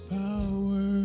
power